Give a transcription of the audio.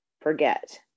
forget